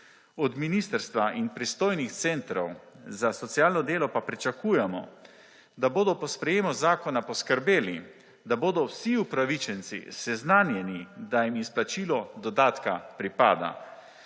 Od ministrstva in pristojnih centrov za socialno delo pa pričakujemo, da bodo po sprejetju zakona poskrbeli, da bodo vsi upravičenci seznanjeni, da jim izplačilo dodatka pripada.